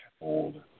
old